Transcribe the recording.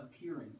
appearing